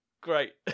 Great